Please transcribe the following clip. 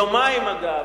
אגב,